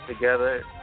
together